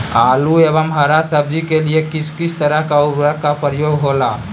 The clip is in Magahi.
आलू एवं हरा सब्जी के लिए किस तरह का उर्वरक का उपयोग होला?